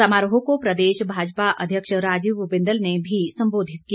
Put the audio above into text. समारोह को प्रदेश भाजपा अध्यक्ष राजीव बिंदल ने भी सम्बोधित किया